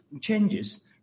changes